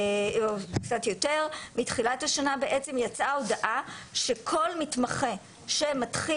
בתחילת השנה יצאה הודעה שכל מתמחה שמתחיל